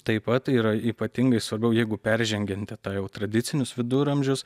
taip pat yra ypatingai svarbiau jeigu peržengianti tą jau tradicinius viduramžius